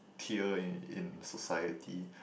tier in society